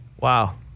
Wow